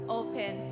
open